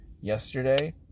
yesterday